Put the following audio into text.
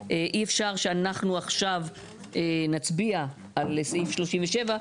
אי אפשר שאנחנו עכשיו נצביע על סעיף 37,